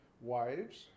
wives